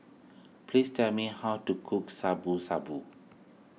please tell me how to cook Shabu Shabu